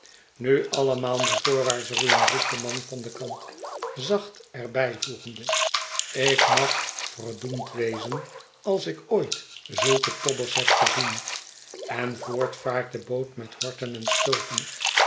nu allemaal maar voorwaarts roeienf roept de man van den kant zacht er bijvoegende ik mag verd wezen als ik ooit zulke tobbers heb gezien en voort vaart de boot met horten en stooten